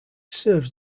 serves